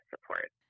support